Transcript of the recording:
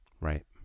Right